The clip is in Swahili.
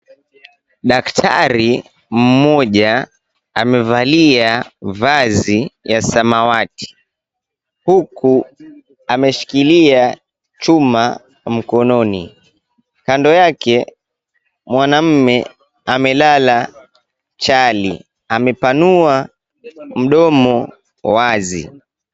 Daktari mmoja amevalia shati ya rangi ya samawati huku ameshikilia chuma mkononi. Kando yake, mwanaume amelala chali, amepanua mdomo wazi.